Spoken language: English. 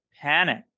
panic